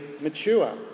mature